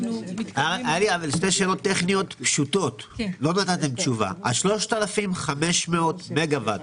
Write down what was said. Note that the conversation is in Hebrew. יש לי שתי שאלות טכניות פשוטות: 3,500 מגה-ואט,